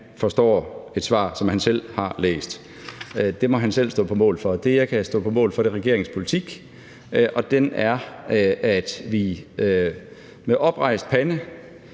forstår det svar, som han selv har læst. Det må han selv stå på mål for. Det, jeg kan stå på mål for, er regeringens politik, som vi med oprejst pande